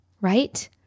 right